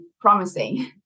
promising